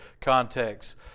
context